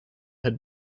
had